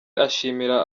ashimira